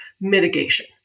mitigation